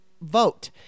vote